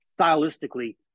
stylistically